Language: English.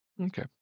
Okay